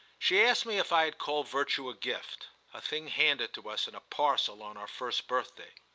she asked me if i called virtue a gift a thing handed to us in a parcel on our first birthday